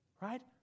right